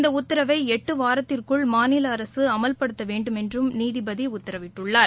இந்தஉத்தரவைஎட்டுவாரத்திற்குள் மாநிலஅரசுஅமல்படுத்தவேண்டுமென்றும் நீதிபதிஉத்தரவிட்டுள்ளார்